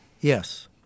Yes